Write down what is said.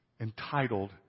entitled